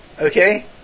Okay